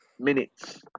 Minutes